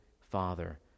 father